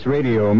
Radio